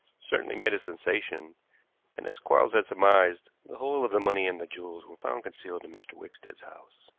certainly made a sensation and, as quarles had surmised, the whole of the money and the jewels were found concealed in mr. wickstead's house.